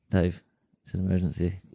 dave, it's an emergency,